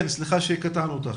כן, סליחה שקטענו אותך.